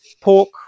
pork